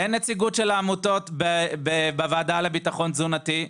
אין נציגות של העמותות בוועדה לביטחון תזונתי.